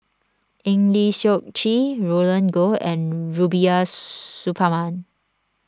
Eng Lee Seok Chee Roland Goh and Rubiah Suparman